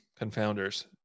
confounders